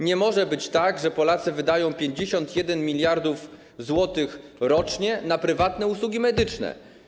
Nie może być tak, że Polacy wydają 51 mld zł rocznie na prywatne usługi medyczne.